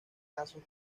lazos